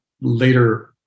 later